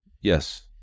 Yes